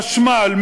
חשמל,